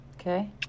Okay